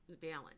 balance